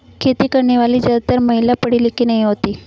खेती करने वाली ज्यादातर महिला पढ़ी लिखी नहीं होती